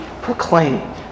proclaim